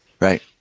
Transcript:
right